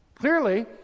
Clearly